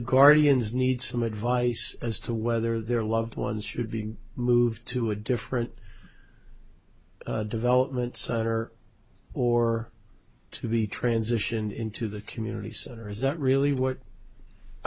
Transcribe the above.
guardians need some advice as to whether their loved ones should be moved to a different development center or to be transitioned into the community center is that really what i